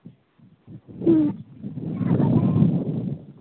ᱦᱮᱸ